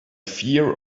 fear